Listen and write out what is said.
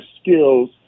skills